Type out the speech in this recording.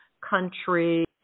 country